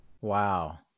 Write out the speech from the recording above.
Wow